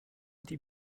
die